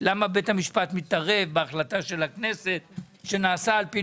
למה בית המשפט מתערב בהחלטה של הכנסת שנעשתה על פי